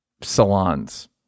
salons